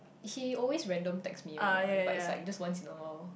he always random text me one what it's like it's like just once in awhile